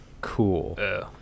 cool